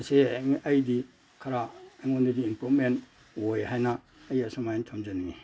ꯁꯦ ꯑꯩꯗꯤ ꯈꯔ ꯑꯩꯉꯣꯟꯗꯗꯤ ꯏꯝꯄ꯭ꯔꯨꯞꯃꯦꯟ ꯑꯣꯏ ꯍꯥꯏꯅ ꯑꯩ ꯑꯁꯨꯃꯥꯏꯅ ꯊꯝꯖꯅꯤꯡꯉꯤ